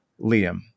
Liam